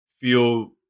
feel